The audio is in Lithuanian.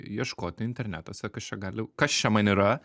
ieškoti internetuose kas čia gali kas čia man yra